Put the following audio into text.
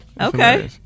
okay